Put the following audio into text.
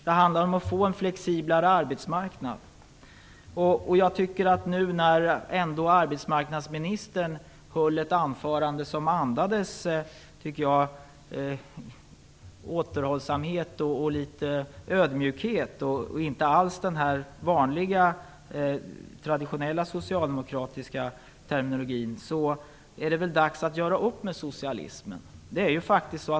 Det handlar också om att få en flexiblare arbetsmarknad. Arbetsmarknadsministern höll ändå ett anförande som andades återhållsamhet och litet ödmjukhet. Det innehöll inte alls den traditionella socialdemokratiska terminologin. Så det är väl dags att göra upp med socialismen.